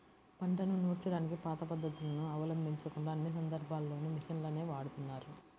పంటను నూర్చడానికి పాత పద్ధతులను అవలంబించకుండా అన్ని సందర్భాల్లోనూ మిషన్లనే వాడుతున్నారు